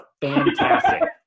fantastic